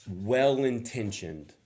well-intentioned